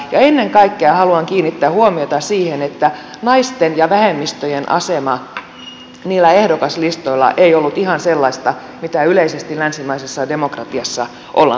ennen kaikkea haluan kiinnittää huomiota siihen että naisten ja vähemmistöjen asema niillä ehdokaslistoilla ei ollut ihan sellainen mihin yleisesti länsimaisessa demokratiassa on totuttu